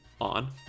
on